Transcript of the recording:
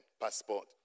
passport